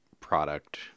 product